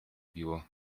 biło